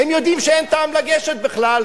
הם יודעים שאין טעם לגשת בכלל,